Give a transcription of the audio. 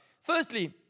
Firstly